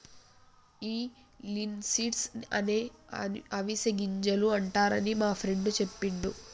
ఈ లిన్సీడ్స్ నే అవిసె గింజలు అంటారని మా ఫ్రెండు సెప్పిండు